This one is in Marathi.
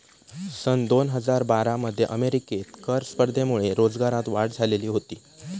सन दोन हजार बारा मध्ये अमेरिकेत कर स्पर्धेमुळे रोजगारात वाढ झालेली होती